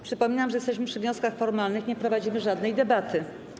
Przypominam, że jesteśmy przy wnioskach formalnych, nie prowadzimy żadnej debaty.